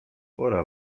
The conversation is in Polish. pora